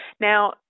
Now